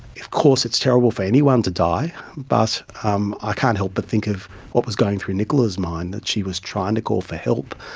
of course it's terrible for anyone to die, but um ah can't help but think of what was going through nicola's mind, that she was trying to call for help,